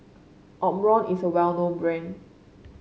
omron is a well known brand